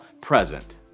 present